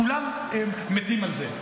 כולם מתים על זה.